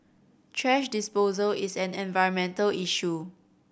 thrash disposal is an environmental issue